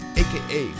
aka